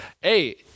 Hey